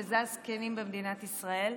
וזה הזקנים במדינת ישראל.